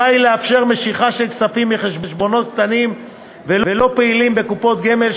היא לאפשר משיכה של כספים מחשבונות קטנים ולא פעילים בקופות גמל,